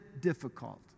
difficult